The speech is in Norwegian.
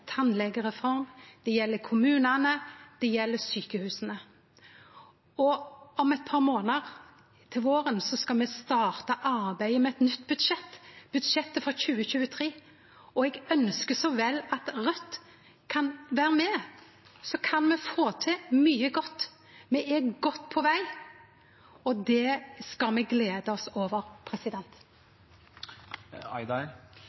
det gjeld kommunane, det gjeld sjukehusa. Om eit par månader, til våren, skal me starte arbeidet med eit nytt budsjett, budsjettet for 2023, og eg ønskjer så vel at Raudt kan vere med, så kan me få til mykje godt. Me er godt på veg, og det skal me glede oss over.